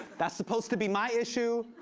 that's supposed to be my issue,